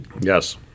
Yes